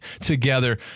together